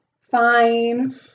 Fine